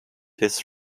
his